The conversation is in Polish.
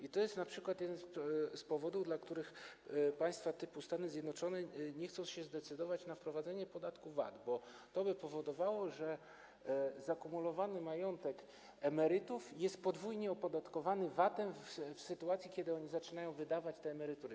I to jest np. jeden z powodów, dla których państwa typu Stany Zjednoczone nie chcą się zdecydować na wprowadzenie podatku VAT, bo to by powodowało, że zakumulowany majątek emerytów jest podwójnie opodatkowany VAT-em w sytuacji, kiedy oni zaczynają wydawać te emerytury.